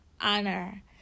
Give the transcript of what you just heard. honor